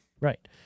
right